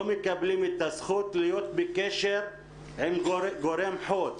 מקבלים את הזכות להיות בקשר עם גורם חוץ.